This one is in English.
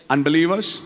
Unbelievers